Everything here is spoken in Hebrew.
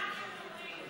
מה אתם אומרים?